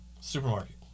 supermarket